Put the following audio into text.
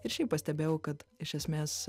ir šiaip pastebėjau kad iš esmės